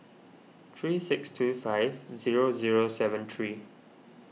three six two five zero zero seven three